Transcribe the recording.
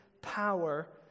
power